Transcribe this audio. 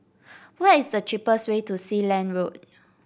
what is the cheapest way to Sealand Road